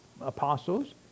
apostles